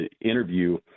interview